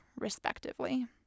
respectively